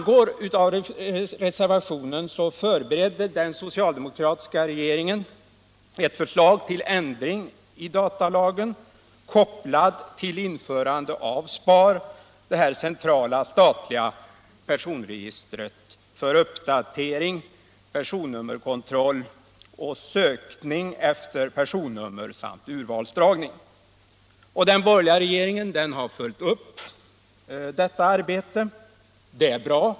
geringen ett förslag till ändring i datalagen kopplad till införandet av SPAR, det centrala statliga personregistret för uppdatering, personnummerkontroll och sökning efter personnummer samt urvalsdragning. Den borgerliga regeringen har följt upp detta arbete, vilket är bra.